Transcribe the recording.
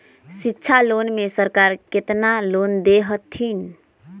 शिक्षा लोन में सरकार केतना लोन दे हथिन?